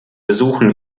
besuchen